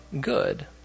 good